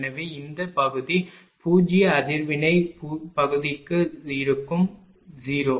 எனவே இந்த பகுதி பூஜ்ஜிய எதிர்வினை பகுதியாக இருக்கும் 0